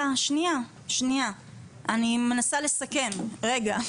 אני מנסה לסכם, רגע.